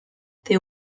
their